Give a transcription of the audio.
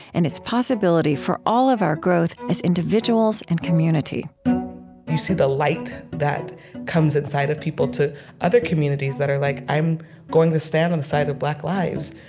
and its possibility for all of our growth as individuals and community you see the light that comes inside of people to other communities that are like, i'm going to stand on the side of black lives.